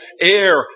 air